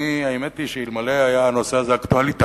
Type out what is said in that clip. האמת היא שאלמלא היה הנושא הזה אקטואלי תמיד,